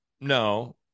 no